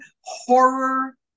horror